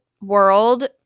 world